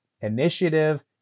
initiative